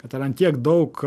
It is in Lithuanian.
kad yra an tiek daug